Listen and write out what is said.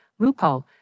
RuPaul